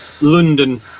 London